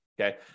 okay